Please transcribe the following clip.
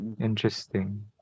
Interesting